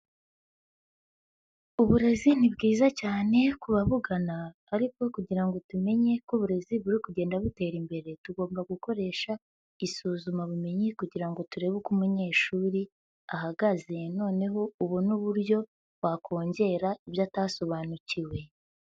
Uburezi ni bwiza cyane kubabugana ariko kugira ngo tumenye ko uburezi buri kugenda butera imbere, tugomba gukoresha isuzumabumenyi kugira ngo turebe uko umunyeshuri ahagaze, noneho ubone uburyo twakongera ibyo atasobanukiwe.